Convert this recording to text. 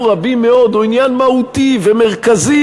רבים מאוד הוא עניין מהותי ומרכזי,